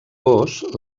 gos